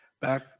back